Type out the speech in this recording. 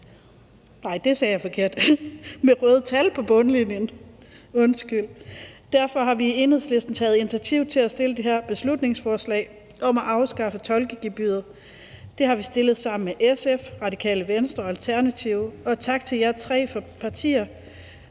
Derfor har vi i Enhedslisten taget initiativ til at fremsætte det her beslutningsforslag om at afskaffe tolkegebyret, og vi har fremsat det sammen med SF, Radikale Venstre og Alternativet, og tak til jer tre partier